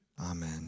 Amen